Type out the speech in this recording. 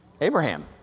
Abraham